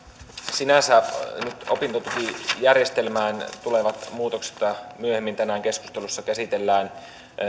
sinänsä nyt opintotukijärjestelmään tulevat muutokset joita myöhemmin tänään keskustelussa käsitellään